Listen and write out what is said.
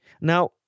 Now